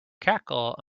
cackle